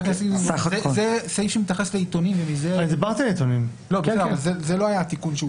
זה סעיף שמתייחס לעיתונים, וזה לא היה התיקון.